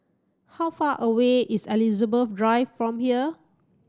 how far away is Elizabeth Drive from here